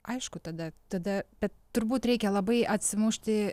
aišku tada tada bet turbūt reikia labai atsimušti